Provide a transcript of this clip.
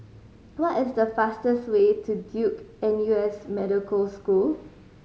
what is the fastest way to Duke N U S Medical School